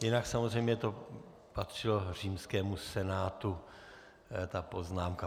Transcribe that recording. Jinak samozřejmě to patřilo římskému senátu, ta poznámka.